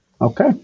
Okay